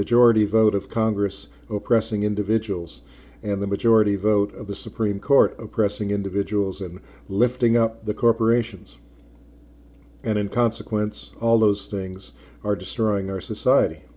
majority vote of congress oppressing individuals and the majority vote of the supreme court oppressing individuals and lifting up the corporations and in consequence all those things are destroying our society